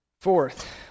Fourth